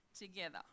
together